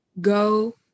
go